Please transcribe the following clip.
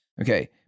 Okay